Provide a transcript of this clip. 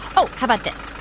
oh, how about this?